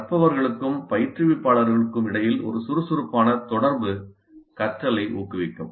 ஆனால் கற்பவர்களுக்கும் பயிற்றுவிப்பாளருக்கும் இடையில் ஒரு சுறுசுறுப்பான தொடர்பு கற்றலை ஊக்குவிக்கும்